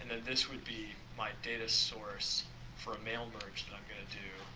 and then this would be my data source for the mail merge that i'm going to do